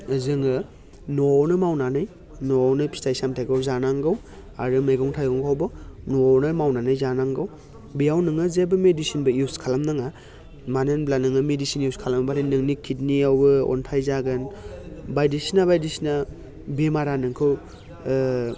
जोङो न'आवनो मावनानै न'आवनो फिथाइ सामथायखौ जानांगौ आरो मैगं थाइगंखौबो न'आवनो मावनानै जानांगौ बेयाव नोङो जेबो मेडिसिनबो इउस खालाम नाङा मानो होनब्ला नों मेडिसिन इउस खालामब्लाथाय नोंनि किडनियावबो अन्थाइ जागोन बायदिसिना बायदिसिना बेमारा नोंखौ